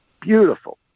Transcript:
beautiful